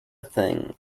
thing